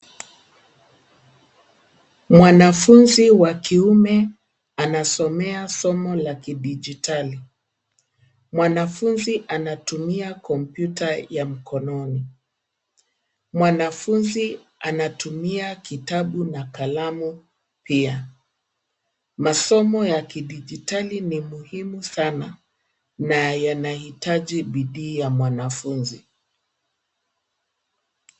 Mwanafunzi wakiume anasomoea somo la kidigitali. Mwanafunzi anatumia kompyuta ya mkononi. Mwanafunzi anatumia kitabu na kalamu pia. Masomo ya kidigitali ni muhimu sana na yanaitaji bidhii ya mwanafunzi.